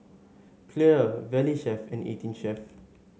Clear Valley Chef and Eighteen Chef